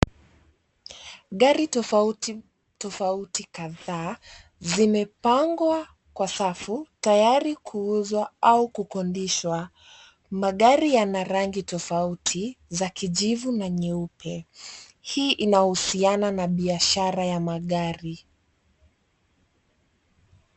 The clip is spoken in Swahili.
Gari tofauti tofauti kadhaa zimepangwa kwa safu tayari kuuzwa au kukondishwa. Magari yana rangi tofauti za kijivu na nyeupe. Hii inahusiana na biashara ya magari.